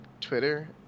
Twitter